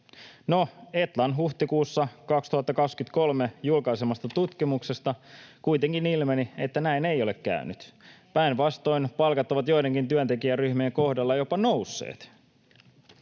No, Etlan huhtikuussa 2023 julkaisemasta tutkimuksesta kuitenkin ilmeni, että näin ei ole käynyt. Päinvastoin palkat ovat joidenkin työntekijäryhmien kohdalla jopa nousseet.